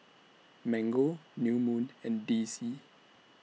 Mango New Moon and D C